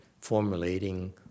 formulating